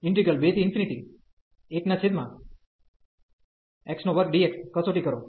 21x2dx કસોટી કરો